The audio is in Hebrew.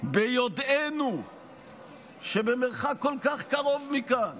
ביודענו שבמרחק כל כך קרוב מכאן